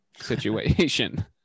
situation